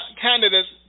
candidates